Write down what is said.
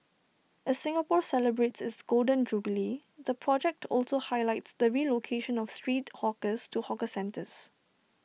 as Singapore celebrates its Golden Jubilee the project also highlights the relocation of street hawkers to hawker centres